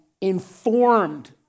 informed